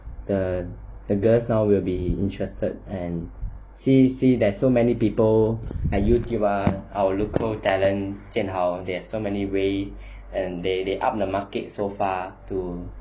the the girls now will be interested and see see there's so many people at YouTube ah our local talent jian hao they have so many ways and they they up the market so far to